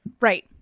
right